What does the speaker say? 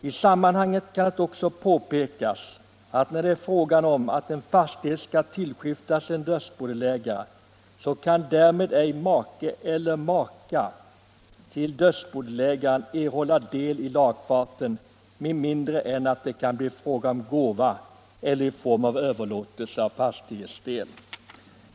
I sammanhanget kan det också påpekas att när en fastighet skall tillskiftas dödsbodelägare, kan därmed ej maka eller make till dödsbodelägare erhålla del i lagfarten med mindre än att det är fråga om gåva eller överlåtelse av fastighetsdel.